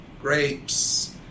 grapes